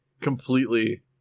completely